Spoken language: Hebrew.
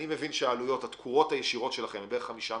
אני מבין שהתקורות הישירות שלכם הן בערך 5 מיליון.